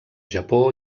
japó